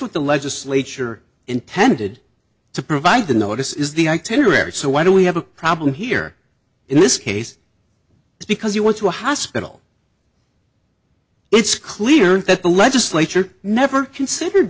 what the legislature intended to provide the notice is the anterior so why do we have a problem here in this case because you want to a hospital it's clear that the legislature never considered